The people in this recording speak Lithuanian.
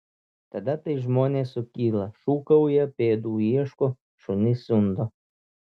tada tai žmonės sukyla šūkauja pėdų ieško šunis siundo